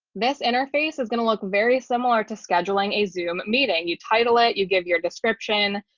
this interface is going to look very similar to scheduling a zoom meeting you title it, you give your description.